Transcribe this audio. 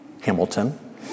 Hamilton